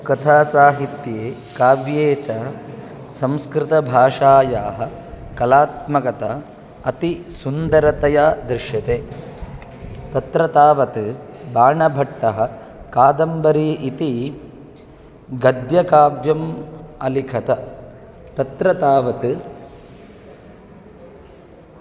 कथासाहित्ये काव्ये च संस्कृतभाषायाः कलात्मकता अतिसुन्दरतया दृश्यते तत्र तावत् बाणभट्टः कादम्बरी इति गद्यकाव्यम् अलिखत तत्र तावत्